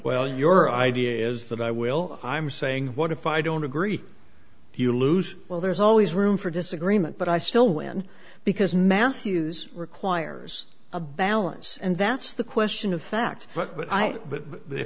well your idea is that i will i'm saying what if i don't agree you lose well there's always room for disagreement but i still win because matthews requires a balance and that's the question of fact but i but